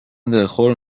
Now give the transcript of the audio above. دلخور